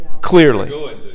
Clearly